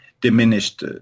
diminished